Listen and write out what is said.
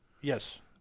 yes